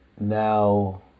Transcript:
Now